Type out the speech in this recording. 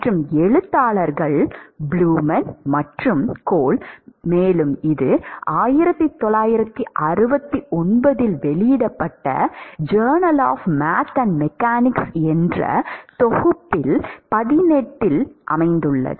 மற்றும் எழுத்தாளர்கள் ப்ளூமென் மற்றும் கோல் மேலும் இது 1969 இல் வெளியிடப்பட்ட journal of math and mechanics தொகுதி 18 இல் உள்ளது